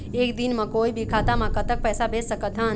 एक दिन म कोई भी खाता मा कतक पैसा भेज सकत हन?